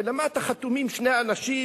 ולמטה חתומים שני אנשים,